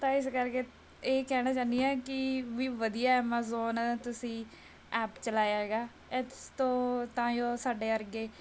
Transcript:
ਤਾਂ ਇਸ ਕਰਕੇ ਇਹ ਕਹਿਣਾ ਚਾਹੁੰਦੀ ਹਾਂ ਕਿ ਬਈ ਵਧੀਆ ਐਮਾਜ਼ੋਨ ਤੁਸੀਂ ਐਪ ਚਲਾਇਆ ਹੈਗਾ ਇਤਸ ਤੋਂ ਤਾਂ ਜੋ ਸਾਡੇ ਵਰਗੇ